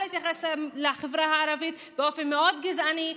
להתייחס לחברה הערבית באופן מאוד גזעני,